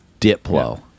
Diplo